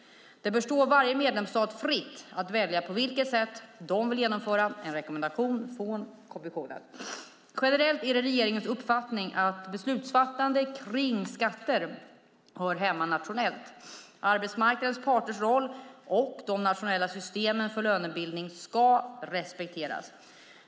Det bör stå varje medlemsstat fritt att välja på vilket sätt man vill genomföra en rekommendation från kommissionen. Generellt är det regeringens uppfattning att beslutsfattande kring skatter hör hemma nationellt. Arbetsmarknadens parters roll och de nationella systemen för lönebildning ska respekteras.